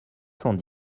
cent